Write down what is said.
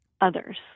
others